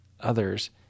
others